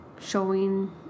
showing